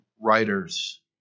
writers